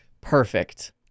Perfect